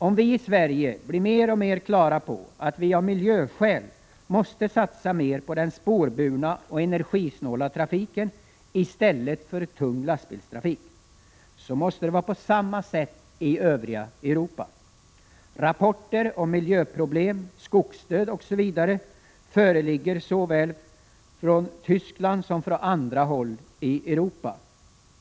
Om vi i Sverige blir mer och mer klara på att vi bl.a. av miljöskäl måste satsa mera på den spårburna och energisnåla trafiken i stället för tung lastbilstrafik, måste det vara på samma sätt i övriga Europa. Rapporter om miljöproblem, skogsdöd osv. föreligger såväl från Västtyskland som från andra håll i Europa.